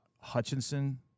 hutchinson